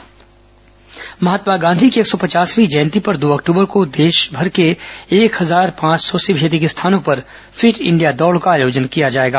fit India दौड महात्मा गांधी की एक सौ पचासवीं जयंती पर दो अक्टूबर को देशभर के एक हजार पांच सौ से भी अधिक स्थानों पर फिट इंडिया दौड का आयोजन किया जाएगा